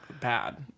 bad